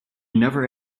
never